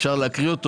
אפשר להקריא אותו.